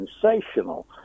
sensational